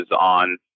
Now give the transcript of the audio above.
on